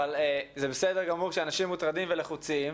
אבל זה בסדר גמור שאנשים מוטרדים ולחוצים,